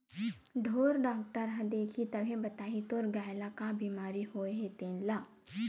ढ़ोर डॉक्टर ह देखही तभे बताही तोर गाय ल का बिमारी होय हे तेन ल